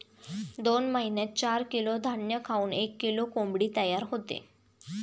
दोन महिन्यात चार किलो धान्य खाऊन एक किलो कोंबडी तयार होते